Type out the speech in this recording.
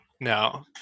No